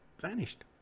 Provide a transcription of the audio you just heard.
vanished